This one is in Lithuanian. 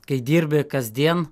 kai dirbi kasdien